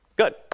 Good